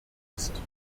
ist